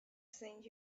sends